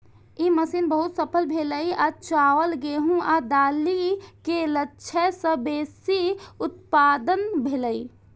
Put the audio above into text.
ई mission बहुत सफल भेलै आ चावल, गेहूं आ दालि के लक्ष्य सं बेसी उत्पादन भेलै